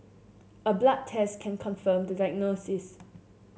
a blood test can confirm the diagnosis